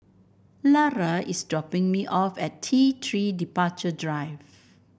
Lara is dropping me off at T Three Departure Drive